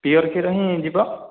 pure କ୍ଷୀର ହିଁ ଯିବ